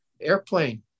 airplane